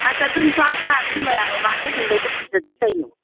ꯑꯁ ꯑꯗꯨꯝ ꯆꯥꯎꯗ ꯃꯤ ꯃꯌꯥꯝ ꯃꯃꯥꯡꯗ ꯏꯟꯕꯁꯨ ꯐꯖꯗꯦ ꯀꯩꯅꯣ